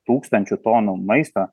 tūkstančių tonų maisto